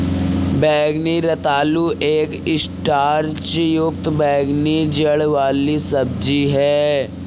बैंगनी रतालू एक स्टार्च युक्त बैंगनी जड़ वाली सब्जी है